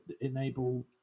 enable